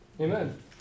Amen